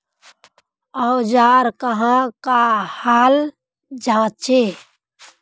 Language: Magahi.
औजार कहाँ का हाल जांचें?